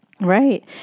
Right